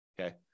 Okay